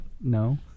No